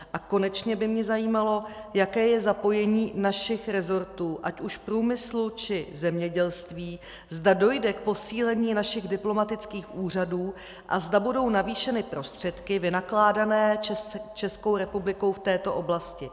A konečně by mě zajímalo, jaké je zapojení našich rezortů, ať už průmyslu, či zemědělství, zda dojde k posílení našich diplomatických úřadů a zda budou navýšeny prostředky vynakládané Českou republikou v této oblasti.